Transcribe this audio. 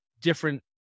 different